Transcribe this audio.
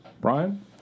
Brian